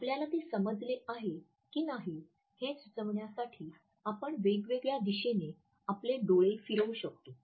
आपल्याला ते समजले आहे की नाही हे सुचविण्यासाठी आपण वेगवेगळ्या दिशेने आपले डोळे फिरवू शकतो